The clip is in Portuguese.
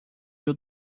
mil